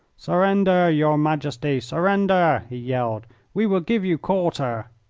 surrender, your majesty, surrender! he yelled we will give you quarter!